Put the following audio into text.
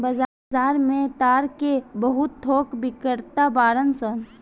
बाजार में ताड़ के बहुत थोक बिक्रेता बाड़न सन